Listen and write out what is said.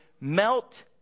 melt